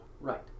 Right